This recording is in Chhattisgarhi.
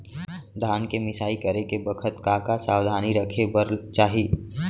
धान के मिसाई करे के बखत का का सावधानी रखें बर चाही?